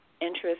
interest